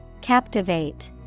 Captivate